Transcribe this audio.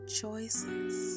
choices